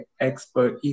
expert